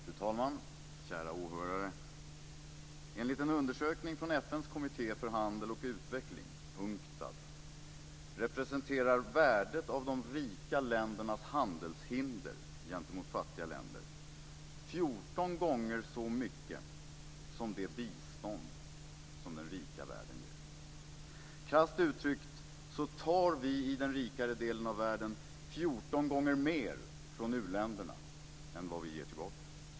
Fru talman! Kära åhörare! Enligt en undersökning från FN:s kommitté för handel och utveckling, UNCTAD, representerar värdet av de rika ländernas handelshinder gentemot fattiga länder 14 gånger så mycket som det bistånd som den rika världen ger. Krasst uttryckt tar vi i den rikare delen av världen 14 gånger mer från u-länderna än vad vi ger tillbaka.